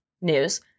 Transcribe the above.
News